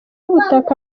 ubutaka